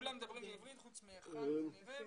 כולם מדברים בעברית, חוץ מאחד כנראה.